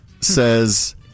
says